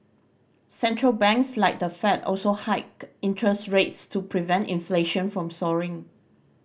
Central Banks like the Fed also hiked interest rates to prevent inflation from soaring